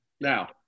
Now